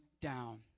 down